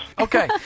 Okay